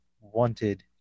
wanted